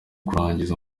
kurangiza